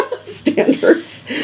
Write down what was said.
standards